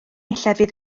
llefydd